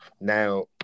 Now